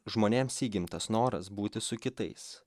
žmonėms įgimtas noras būti su kitais